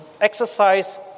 exercise